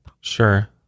Sure